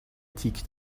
تیک